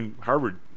Harvard